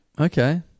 Okay